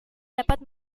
dapat